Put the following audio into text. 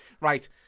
Right